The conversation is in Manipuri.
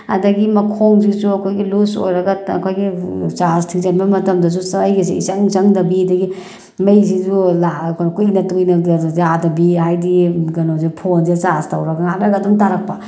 ꯑꯗꯒꯤ ꯃꯈꯣꯡꯁꯤꯁꯨ ꯑꯩꯈꯣꯏꯒꯤ ꯂꯨꯖ ꯑꯣꯏꯔꯒ ꯑꯩꯈꯣꯏꯒꯤ ꯆꯥꯔꯖ ꯊꯤꯡꯖꯤꯟꯕ ꯃꯇꯝꯗꯁꯨ ꯁ꯭ꯋꯥꯏꯒꯁꯦ ꯏꯆꯪ ꯆꯪꯗꯕꯤ ꯑꯗꯒꯤ ꯃꯩꯁꯤꯁꯨ ꯀꯨꯏꯅ ꯀꯨꯏꯅꯒ ꯌꯥꯗꯕꯤ ꯍꯥꯏꯗꯤ ꯀꯩꯅꯣꯁꯦ ꯐꯣꯟꯁꯦ ꯆꯥꯔꯖ ꯇꯧꯔꯒ ꯉꯥꯏꯍꯥꯛ ꯂꯩꯔꯒ ꯑꯗꯨꯝ ꯇꯥꯔꯛꯄ